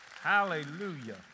Hallelujah